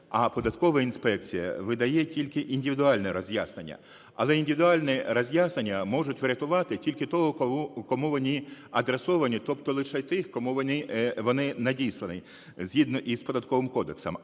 а податкова інспекція видає тільки індивідуальні роз'яснення. Але індивідуальні роз'яснення можуть врятувати тільки того, кому вони адресовані, тобто лише тих, кому вони надіслані згідно із Податковим кодексом.